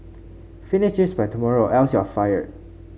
finish this by tomorrow else you'll fired